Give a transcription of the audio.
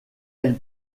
elle